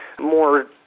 more